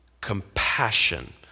compassion